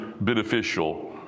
beneficial